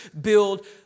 build